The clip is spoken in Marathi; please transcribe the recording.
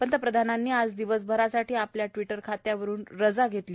पंतप्रधानांनी आज दिवसभरासाठी आपल्या ट्वि र खात्यावरुन रजा घेतली